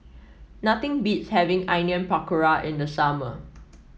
nothing beats having Onion Pakora in the summer